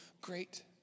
great